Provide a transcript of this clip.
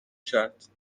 کرد